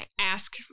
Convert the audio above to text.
ask